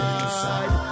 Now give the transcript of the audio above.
inside